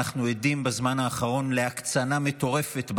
אנחנו עדים בזמן האחרון להקצנה מטורפת בשיח,